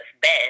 best